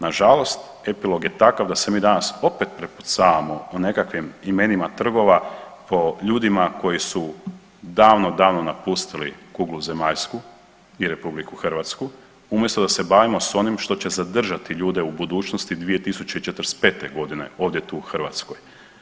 Nažalost, epilog je takav da se mi danas opet prepucavamo o nekakvim imenima trgova po ljudima koji su davno davno napustili kuglu zemaljsku i RH umjesto da se bavimo s onim što će zadržati ljude u budućnosti 2045.g. ovdje tu u Hrvatskoj.